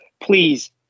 please